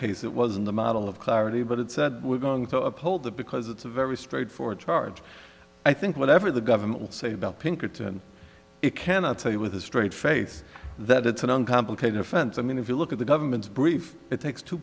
case it wasn't a model of clarity but it said we're going to uphold that because it's a very straightforward charge i think whatever the government will say about pinkerton it cannot say with a straight face that it's an uncomplicated offense i mean if you look at the government's brief it takes two